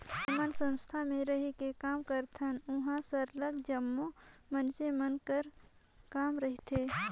हमन संस्था में रहिके काम करथन उहाँ सरलग जम्मो मइनसे मन कर काम रहथे